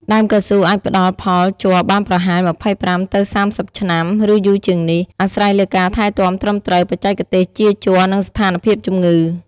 ដើមកៅស៊ូអាចផ្តល់ផលជ័របានប្រហែល ២៥ ទៅ ៣០ ឆ្នាំ ឬយូរជាងនេះ អាស្រ័យលើការថែទាំត្រឹមត្រូវ បច្ចេកទេសចៀរជ័រ និងស្ថានភាពជំងឺ។